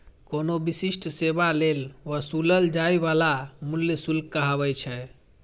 कोनो विशिष्ट सेवा लेल वसूलल जाइ बला मूल्य शुल्क कहाबै छै